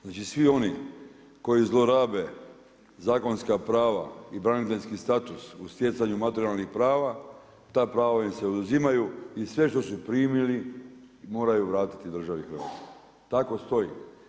Znači svi oni koji zlorabe zakonska prava i braniteljski status u stjecanju materijalnih prava ta prava im se oduzimaju i sve što su primili moraju vratiti državi Hrvatskoj, tako stoji.